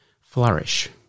flourish